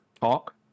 talk